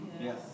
Yes